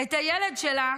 את הילד שלה